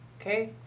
Okay